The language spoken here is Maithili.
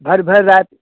भरि भरि राति